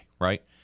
right